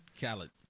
Khaled